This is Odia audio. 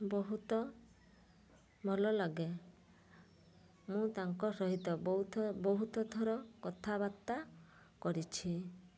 ବହୁତ ଭଲ ଲାଗେ ମୁଁ ତାଙ୍କ ସହିତ ବହୁଥ ବହୁତ ଥର କଥାବାର୍ତ୍ତା କରିଛି